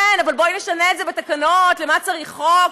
כן, אבל בואי נשנה את זה בתקנות, לְמה צריך חוק?